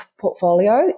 portfolio